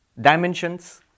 dimensions